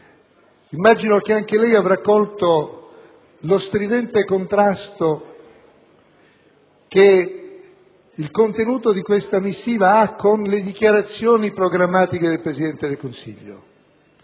Immagino che anche lei avrà colto lo stridente contrasto del contenuto di questa missiva rispetto alle dichiarazioni programmatiche del Presidente del Consiglio,